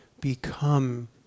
become